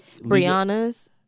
Brianna's